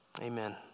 Amen